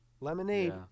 Lemonade